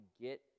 get